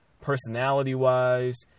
personality-wise